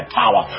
power